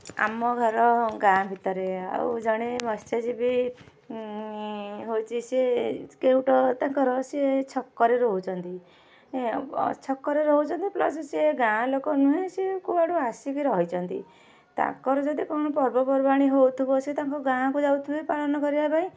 ଆମ ଘର ଗାଁ ଭିତରେ ଆଉ ଜଣେ ମତ୍ସ୍ୟଜୀବି ହେଉଛି ସିଏ କେଉଟ ତାଙ୍କର ସିଏ ଛକରେ ରହୁଛନ୍ତି ଛକରେ ରହୁଛନ୍ତି ପ୍ଲସ୍ ସିଏ ଗାଁ ଲୋକ ନୁହେଁ ସିଏ କୁଆଡ଼ୁ ଆସିକି ରହିଛନ୍ତି ତାଙ୍କର ଯଦି କ'ଣ ପର୍ବପର୍ବାଣି ହେଉଥିବ ସିଏ ତାଙ୍କ ଗାଁକୁ ଯାଉଥିବେ ପାଳନ କରିବା ପାଇଁ